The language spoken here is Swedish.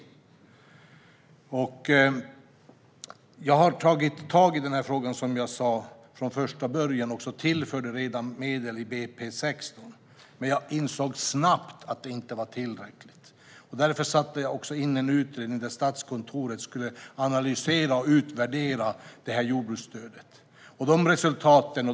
Som jag sa tog jag tag i den här frågan från första början och tillförde medel i budgetpropositionen för 2016. Men jag insåg snabbt att det inte var tillräckligt. Därför tillsatte jag en utredning där Statskontoret skulle analysera och utvärdera jordbruksstödet.